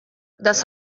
das